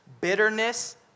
bitterness